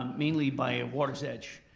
um mainly by water's edge,